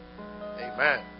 Amen